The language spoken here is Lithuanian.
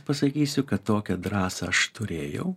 pasakysiu kad tokią drąsą aš turėjau